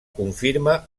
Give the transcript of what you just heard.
confirma